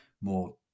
more